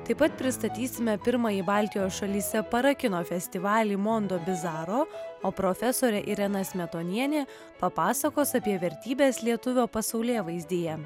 taip pat pristatysime pirmąjį baltijos šalyse parakino festivalį mondobizaro o profesorė irena smetonienė papasakos apie vertybes lietuvio pasaulėvaizdyje